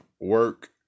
work